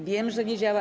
Wiem, że nie działa.